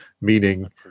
meaning